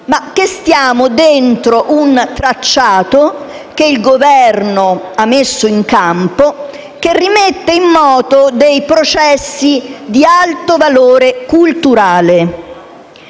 ma stiamo dentro un tracciato che il Governo ha messo in campo e che rimette in moto processi di alto valore culturale.